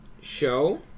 show